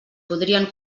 podrien